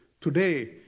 today